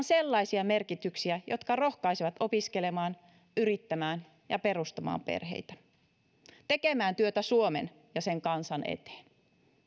sellaisia merkityksiä jotka rohkaisevat opiskelemaan yrittämään ja perustamaan perheitä tekemään työtä suomen ja sen kansan eteen